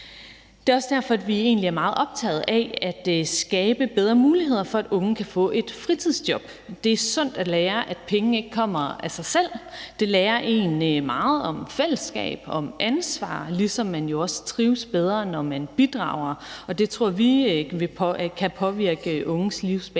Det er også derfor, vi egentlig er meget optaget af at skabe bedre muligheder for, at unge kan få et fritidsjob. Det er sundt at lære, at pengene ikke kommer af sig selv. Det lærer en meget om fællesskab og ansvar, ligesom man jo også trives bedre, når man bidrager. Det tror vi kan påvirke unges livsbane